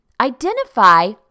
identify